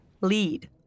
LEAD